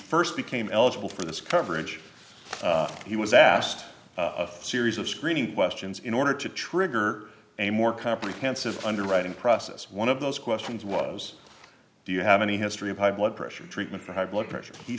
he st became eligible for this coverage he was asked a series of screening questions in order to trigger a more comprehensive underwriting process one of those questions was do you have any history of high blood pressure treatment for high blood pressure he